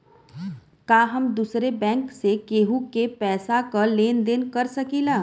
का हम दूसरे बैंक से केहू के पैसा क लेन देन कर सकिला?